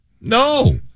No